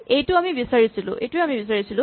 এইটোৱেই আমি বিচাৰিছিলো